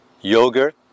yogurt